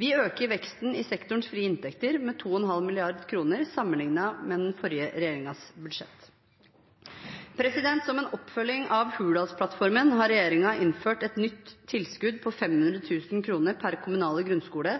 Vi øker veksten i sektorens frie inntekter med 2,5 mrd. kr sammenlignet med den forrige regjeringens budsjett. Som en oppfølging av Hurdalsplattformen har regjeringen innført et nytt tilskudd på 500 000 kr per kommunale grunnskole,